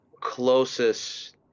closest